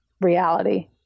reality